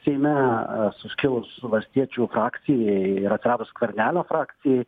seime suskilus valstiečių frakcijai ir atsiradus skvernelio frakcijai